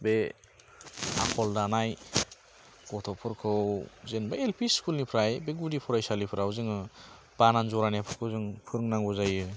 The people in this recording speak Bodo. बे आखल दानाय गथ'फोरखौ जेनबा एलपि स्कुल निफ्राय बे गुदि फरायसालिफोराव जोङो बानान जरायनायफोरखौ जों फोरोंनांगौ जायो